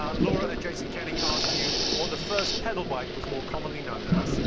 ah laura and jason kenny, asked you what the first pedal bike was more commonly known as?